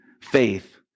faith